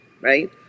right